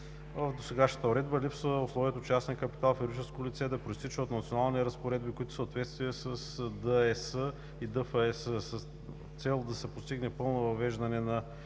В досегашната уредба липсва условието частният капитал в юридическото лице да произтича от национални разпоредби, които са в съответствие с ДЕС и ДФЕС. С цел да се постигне пълно въвеждане на